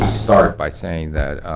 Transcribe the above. start by saying that